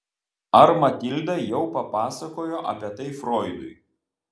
ar matilda jau papasakojo apie tai froidui